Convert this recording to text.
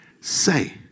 say